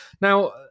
Now